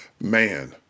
man